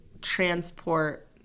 transport